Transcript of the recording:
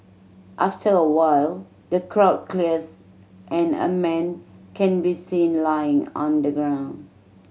after a while the crowd clears and a man can be seen lying on the ground